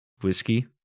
Whiskey